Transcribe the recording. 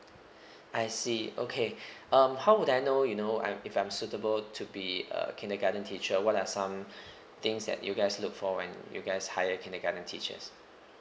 I see okay um how would I know you know I'm if I'm suitable to be a kindergarten teacher what are some things that you guys look for when you guys hire kindergarten teachers